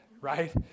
right